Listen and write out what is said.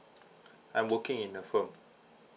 I'm working in a firm